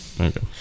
Okay